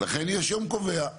ולכן יש יום קובע.